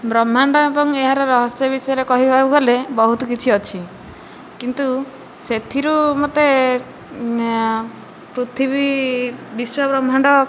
ବ୍ରହ୍ମାଣ୍ଡ ଏବଂ ଏହାର ରହସ୍ୟ ବିଷୟରେ କହିବାକୁ ଗଲେ ବହୁତ କିଛି ଅଛି କିନ୍ତୁ ସେଥିରୁ ମୋତେ ପୃଥିବୀ ବିଶ୍ୱ ବ୍ରହ୍ମାଣ୍ଡ